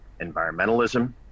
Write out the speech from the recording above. environmentalism